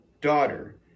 daughter